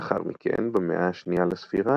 לאחר מכן, במאה ה-2 לספירה,